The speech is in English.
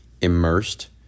immersed